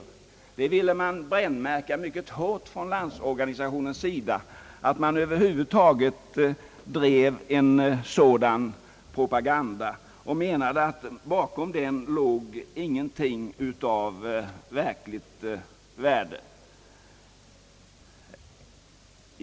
En sådan beskyllning ville Landsorganisationen mycket hårt brännmärka. Landsorganisationen ansåg att bakom denna propaganda låg inte någonting av verkligt värde.